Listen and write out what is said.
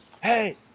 Hey